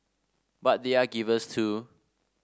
but they are givers too